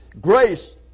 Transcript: grace